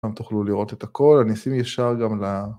אתם תוכלו לראות את הכל, אני אשים ישר גם ל...